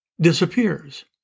disappears